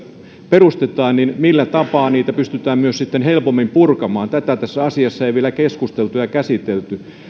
perustetaan niin millä tapaa niitä pystytään sitten helpommin purkamaan tästä tässä asiassa ei vielä ole keskusteltu ja sitä käsitelty